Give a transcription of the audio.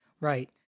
Right